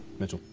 mitchell.